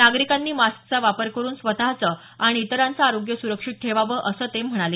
नागरिकांनी मास्कचा वापर करून स्वतःचं आणि इतरांचं आरोग्य सुरक्षित ठेवावं असं ते म्हणाले